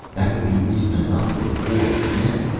that would be reason enough for a war, wouldn't it?